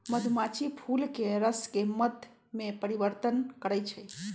मधुमाछी फूलके रसके मध में परिवर्तन करछइ